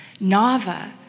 Nava